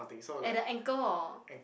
at the ankle or